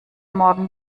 morgen